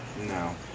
No